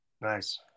Nice